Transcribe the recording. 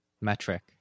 metric